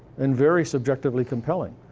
and very subjectively compelling.